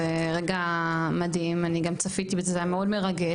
אני גם צפיתי בזה זה היה מאוד מרגש,